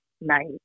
night